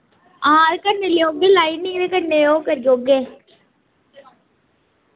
हां कन्ने लेओगे लाइनिंग ते कन्ने ओह् करी औगे